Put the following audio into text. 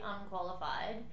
unqualified